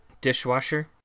dishwasher